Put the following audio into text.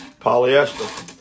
polyester